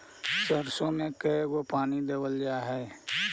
सरसों में के गो पानी देबल जा है?